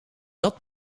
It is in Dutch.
dat